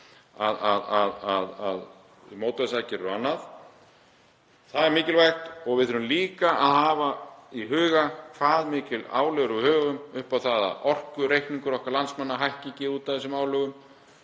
mótvægisaðgerða og annars. Það er mikilvægt. Við þurfum líka að hafa í huga hve miklar álögur við höfum upp á það að orkureikningur okkar landsmanna hækki ekki út af þessum álögum